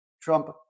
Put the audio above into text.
Trump